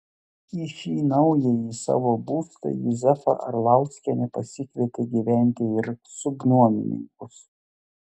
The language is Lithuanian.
į šį naująjį savo būstą juzefa arlauskienė pasikvietė gyventi ir subnuomininkus